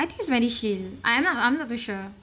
I think is medishield I'm not I'm not too sure